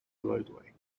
roadway